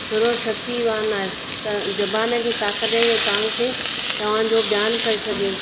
सरो शक्तीवानु आहियो त ज़बान खे ताक़त ये तव्हांखे तव्हांजो ब्यान करे सघे